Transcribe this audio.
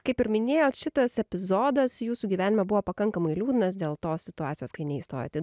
kaip ir minėjot šitas epizodas jūsų gyvenime buvo pakankamai liūdnas dėl to situacijos kai neįstojot